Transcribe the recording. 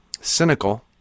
cynical